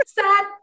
sad